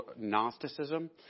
Gnosticism